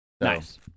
Nice